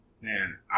Man